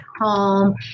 home